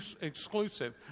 exclusive